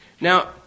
Now